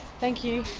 thank you.